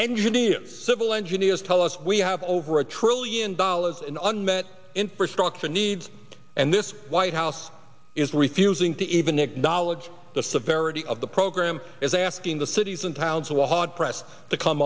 engineer's civil engineers tell us we have over a trillion dollars in unmet infrastructure needs and this white house is refusing to even acknowledge the severity of the program is asking the cities and towns of the hard pressed to come